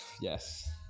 Yes